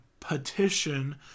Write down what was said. Petition